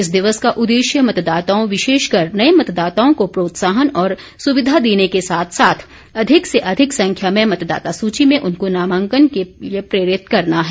इस दिवस का उद्देश्य मतदाताओं विशेषकर नये मतदाताओं को प्रोत्साहन और सुविधा देने के साथ साथ अधिक से अधिक संख्या में मतदाता सूची में उनको नामांकन के लिए प्रेरित करना है